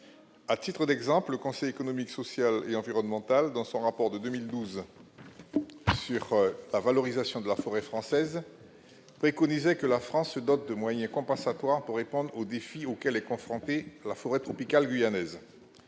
à titre d'exemple conomie sociales et environnementales dans son rapport de 2012 sur la valorisation de la forêt française préconisait que la France se dote de moyens compensatoires pour répondre aux défis auxquels est confrontée la forêt tropicale guyanaise,